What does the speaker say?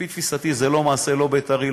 לפי תפיסתי זה מעשה לא בית"רי,